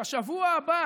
"בשבוע הבא